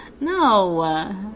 No